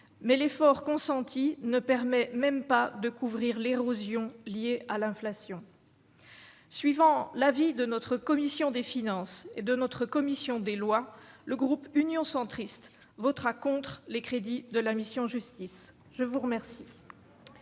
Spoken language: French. mais l'effort consenti ne permet même pas de couvrir l'érosion liée à l'inflation, suivant l'avis de notre commission des finances et de notre commission des lois, le groupe Union centriste votera contre les crédits de la mission Justice je vous Rehmer.